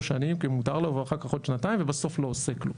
שנים כי מותר לו ואחר כך עוד שנתיים ובסוף לא עושה כלום.